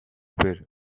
бээр